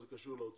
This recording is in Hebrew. זה קשור לאוצר,